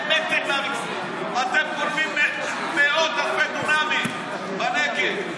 אתם גונבים מאות אלפי דונמים בנגב.